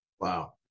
Wow